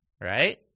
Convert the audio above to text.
right